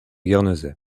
guernesey